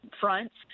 fronts